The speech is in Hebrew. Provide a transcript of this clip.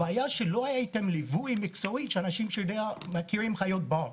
הבעיה היא שלא היה איתם ליווי מקצועי של אנשים שמכירים חיות בר.